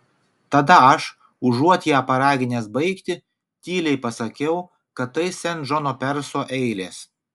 tada aš užuot ją paraginęs baigti tyliai pasakiau kad tai sen džono perso eilės